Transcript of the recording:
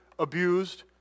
Abused